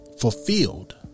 fulfilled